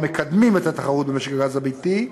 המקדמים את התחרות במשק הגז הביתי,